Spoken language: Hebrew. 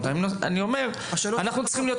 אלא אני אומר שאנחנו צריכים להיות